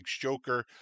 joker